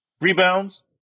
Rebounds